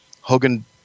Hogan